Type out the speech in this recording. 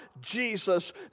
Jesus